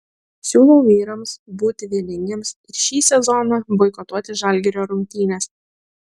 siūlau vyrams būti vieningiems ir šį sezoną boikotuoti žalgirio rungtynes